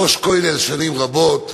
ראש כולל שנים רבות,